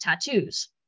tattoos